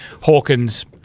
Hawkins